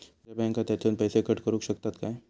माझ्या बँक खात्यासून पैसे कट करुक शकतात काय?